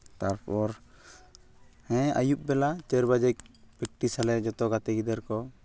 ᱛᱟᱨᱯᱚᱨ ᱦᱮᱸ ᱟᱭᱩᱵ ᱵᱮᱞᱟ ᱪᱟᱹᱨ ᱵᱟᱡᱮ ᱯᱮᱠᱴᱤᱥᱟᱞᱮ ᱡᱚᱛᱚ ᱜᱟᱛᱮ ᱜᱤᱫᱟᱹᱨ ᱠᱚ